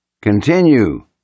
continue